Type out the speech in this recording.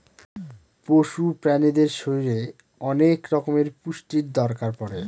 পশু প্রাণীদের শরীরে অনেক রকমের পুষ্টির দরকার পড়ে